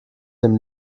dem